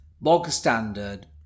bog-standard